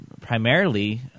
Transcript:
primarily